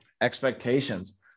expectations